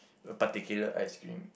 a particular ice cream